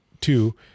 two